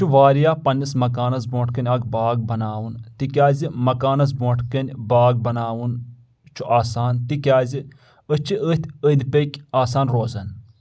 یہِ چھُ واریاہ پنٕنِس مکانس برونٛٹھ کَنۍ اکھ باغ بناوُن تِکیازِ مکانس برونٛٹھ کَنۍ باغ بناوُن چھُ آسان تِکیازِ أسۍ چھِ أتھۍ أنٛدۍ پٔکۍ آسان روزان